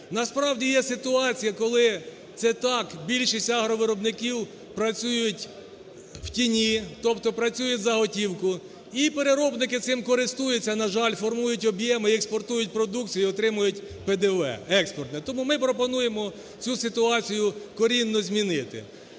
Насправді є ситуація, коли це так, більшість агровиробників працюють в тіні, тобто працюють за готівку, і переробники цим користуються, на жаль, формують об'єми, експортують продукцію і отримують ПДВ експортне. Тому ми пропонуємо цю ситуацію корінно змінити.